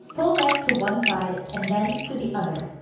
pull legs to one side and then to the other